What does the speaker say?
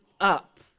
up